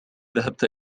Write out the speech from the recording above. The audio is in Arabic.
ذهبت